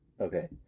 Okay